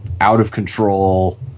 out-of-control